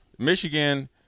Michigan